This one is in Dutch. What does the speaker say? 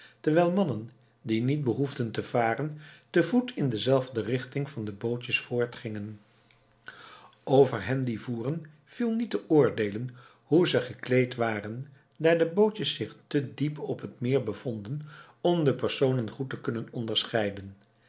terwijl mannen die niet behoefden te varen te voet in dezelfde richting van de bootjes voortgingen over hen die voeren viel niet te oordeelen hoe ze gekleed waren daar de bootjes zich te diep op het meer bevonden om de personen goed te kunnen onderscheiden